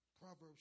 Proverbs